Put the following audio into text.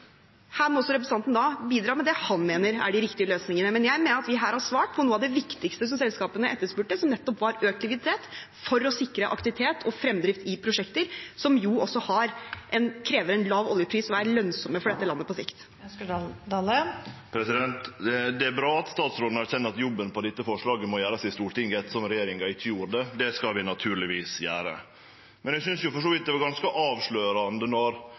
Her må representanten bidra med det han mener er de riktige løsningene. Jeg mener at vi her har svart på noe av det viktigste selskapene etterspurte, som nettopp var økt likviditet for å sikre aktivitet og fremdrift i prosjekter, som også krever en lav oljepris og er lønnsomme for landet på sikt. Det blir oppfølgingsspørsmål – først Jon Georg Dale. Det er bra at statsråden erkjenner at jobben med dette forslaget må gjerast i Stortinget ettersom regjeringa ikkje har gjort det. Det skal vi naturlegvis gjere. Eg synest for så vidt det var ganske avslørande når